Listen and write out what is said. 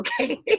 okay